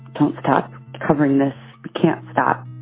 don't stop covering this, can't stop.